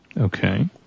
Okay